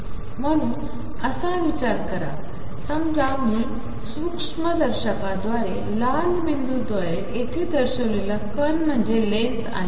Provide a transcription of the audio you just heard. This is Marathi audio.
म्हणून असाविचारकरासमजामीसूक्ष्मदर्शकाद्वारेलालबिंदूद्वारेयेथेदर्शविलेलाकणम्हणजेलेन्सआहे